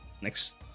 Next